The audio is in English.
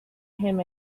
him